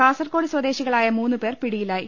കാസർകോട് സ്വദേശികളായ മൂന്നുപേർ പിടിയിലായി